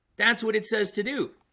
that's what it says to do